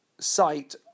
site